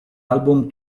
album